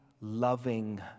loving